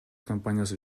компаниясы